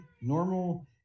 normal